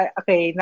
okay